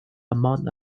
among